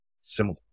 similar